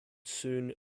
soon